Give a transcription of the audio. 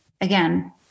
again